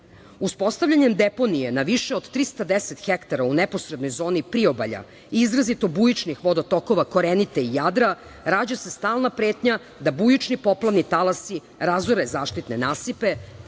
voćnjaka. Uspostavljanjem deponije više od 310 hektara u neposrednoj zoni priobalja, izrazito bujičnih vodotokova Korenite i Jadra, rađa se stalna pretnja da bujični poplavni talasi razore zaštitne nasipe,